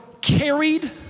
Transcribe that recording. carried